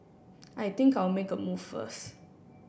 I think I'll make a move first